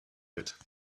bit